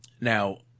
Now